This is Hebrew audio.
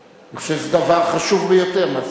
אני חושב שזה דבר חשוב ביותר.